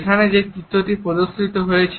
এখানে যে চিত্রটি প্রদর্শিত হয়েছে